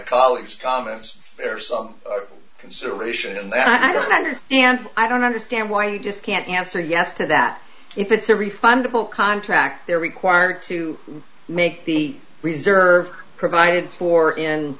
colleagues comments bear some consideration in that i don't understand i don't understand why you just can't answer yes to that if it's a refund of all contract they're required to make the reserve provided for